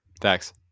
Thanks